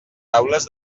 taules